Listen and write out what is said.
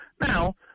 Now